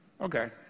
Okay